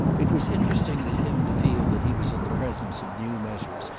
it was interesting to him to feel that he was in the presence of new measures,